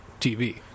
TV